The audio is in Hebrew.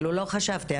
לא חשבתי.